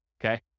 okay